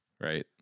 right